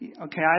Okay